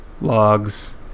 logs